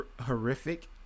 horrific